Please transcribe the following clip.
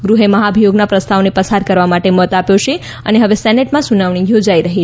ગૃહે મહાભિયોગના પ્રસ્તાવને પસાર કરવા માટે મત આપ્યો છે હવે સેનેટમાં સુનાવણી યોજાઇ રહી છે